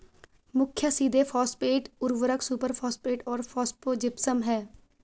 मुख्य सीधे फॉस्फेट उर्वरक सुपरफॉस्फेट और फॉस्फोजिप्सम हैं